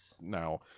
Now